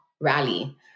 rally